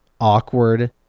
awkward